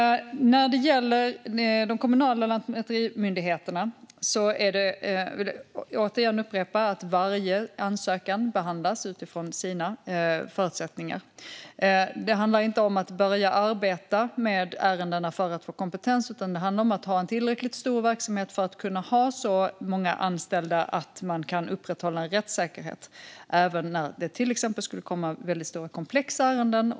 När det gäller de kommunala lantmäterimyndigheterna vill jag återigen upprepa att varje ansökan behandlas utifrån dess förutsättningar. Det handlar inte om att börja arbeta med ärendena för att få kompetens, utan det handlar om att ha en tillräckligt stor verksamhet för att kunna ha så många anställda att man kan upprätthålla en rättssäkerhet även när det till exempel kommer väldigt stora, komplexa ärenden.